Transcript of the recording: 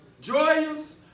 joyous